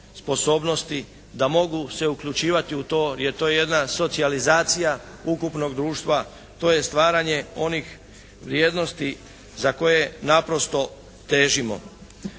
sposobnosti da mogu se uključivati u to jer je to jedna socijalizacija ukupnog društva, to je stvaranje onih vrijednosti za koje naprosto težimo.